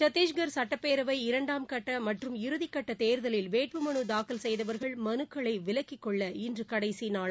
சத்தீஸ்கர் சட்டப்பேரவை இரண்டாம்கட்ட மற்றும் இறுதிக்கட்ட தேர்தலில் வேட்புமனு தாக்கல் செய்தவர்கள் மனுக்களை விலக்கிக்கொள்ள இன்று கடைசி நாள்